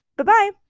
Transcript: Bye-bye